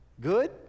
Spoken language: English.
good